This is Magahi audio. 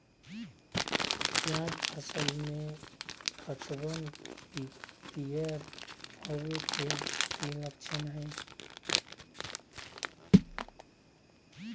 प्याज फसल में पतबन पियर होवे के की लक्षण हय?